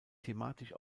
thematisch